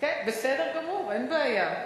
בסדר גמור, אין בעיה.